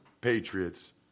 Patriots